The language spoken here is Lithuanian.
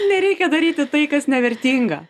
nereikia daryti tai kas nevertinga